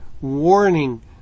warning